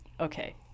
okay